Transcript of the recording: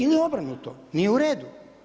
Ili obrnuto, nije u redu.